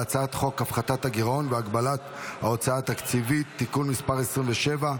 והצעת חוק הפחתת הגירעון והגבלת ההוצאה התקציבית (תיקון מס' 27),